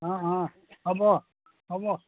অঁ অঁ হ'ব হ'ব